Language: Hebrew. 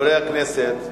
חברי הכנסת,